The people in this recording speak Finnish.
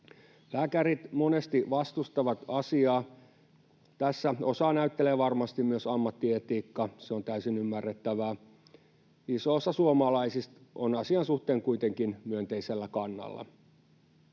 Lääkärit monesti vastustavat asiaa. Tässä osaa näyttelee varmasti myös ammattietiikka, se on täysin ymmärrettävää. Iso osa suomalaisista on asian suhteen kuitenkin myönteisellä kannalla.